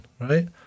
right